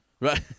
right